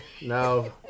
no